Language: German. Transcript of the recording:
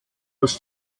als